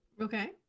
okay